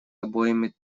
обоими